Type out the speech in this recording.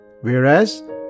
whereas